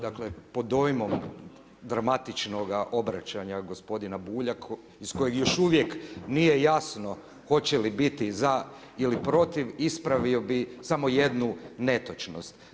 Dakle, pod dojmom dramatičnoga obraćanja gospodina Bulja iz kojeg još uvijek nije jasno hoće li biti za ili protiv, ispravio bi samo jednu netočnost.